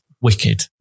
Wicked